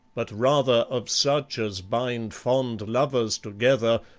but rather of such as bind fond lovers together,